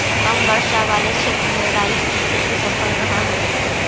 कम वर्षा वाले क्षेत्र में राई की खेती सफल रहअ हई